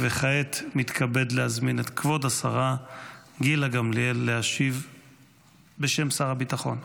כעת אני מתכבד להזמין את כבוד השרה גילה גמליאל להשיב בשם שר הביטחון.